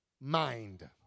Mind